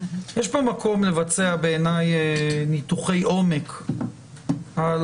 יש פה מקום לבצע בעיניי ניתוחי עומק על